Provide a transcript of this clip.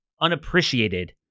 unappreciated